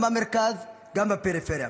גם במרכז, גם בפריפריה.